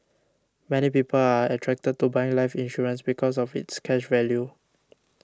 many people are attracted to buying life insurance because of its cash value